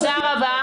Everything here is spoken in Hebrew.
תודה רבה.